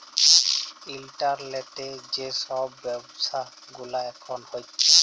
ইলটারলেটে যে ছব ব্যাব্ছা গুলা এখল হ্যছে